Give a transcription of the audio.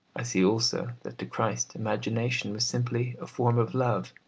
i see also that to christ imagination was simply a form of love,